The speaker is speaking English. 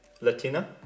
latina